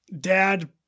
dad